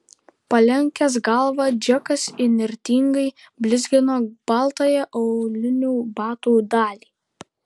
palenkęs galvą džekas įnirtingai blizgino baltąją aulinių batų dalį